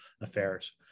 Affairs